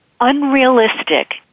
unrealistic